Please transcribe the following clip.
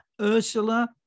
Ursula